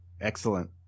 Excellent